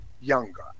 Younger